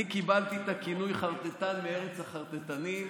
אני קיבלתי את הכינוי "חרטטן מארץ החרטטנים",